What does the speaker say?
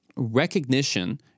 recognition